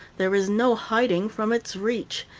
there is no hiding from its reach,